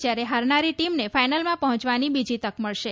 જયારે હારનારી ટીમને ફાઇનલમાં પહોંચવાની બીજી તક મળશે